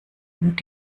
und